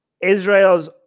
Israel's